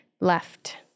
left